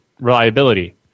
reliability